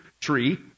tree